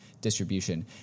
distribution